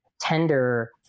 tender